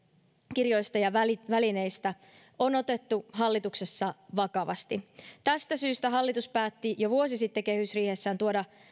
kirjoista ja välineistä on otettu hallituksessa vakavasti tästä syystä hallitus päätti jo vuosi sitten kehysriihessään tuoda